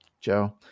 Joe